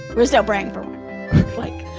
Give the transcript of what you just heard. we're still praying for like,